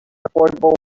affordable